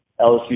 LSU